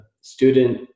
student